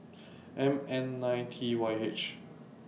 M N nine T Y H